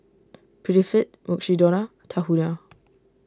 Prettyfit Mukshidonna Tahuna